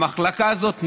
למחלקה הזאת,